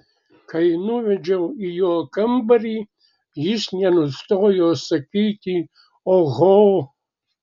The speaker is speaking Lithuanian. kai nuvedžiau į jo kambarį jis nenustojo sakyti oho